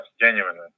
genuinely